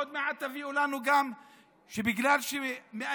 עוד מעט תגידו לנו שבגלל שמאיימים,